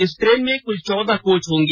इस ट्रेन में कुल चौदह कोच होंगी